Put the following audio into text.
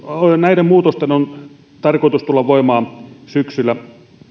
näiden muutosten on tarkoitus tulla voimaan syksyllä